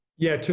yeah,